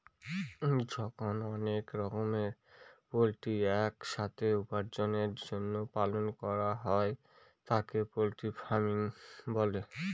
যখন অনেক রকমের পোল্ট্রি এক সাথে উপার্জনের জন্য পালন করা হয় তাকে পোল্ট্রি ফার্মিং বলে